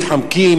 מתחמקים,